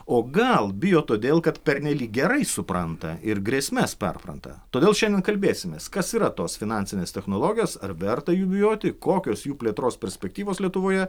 o gal bijo todėl kad pernelyg gerai supranta ir grėsmes perpranta todėl šiandien kalbėsimės kas yra tos finansinės technologijos ar verta jų bijoti kokios jų plėtros perspektyvos lietuvoje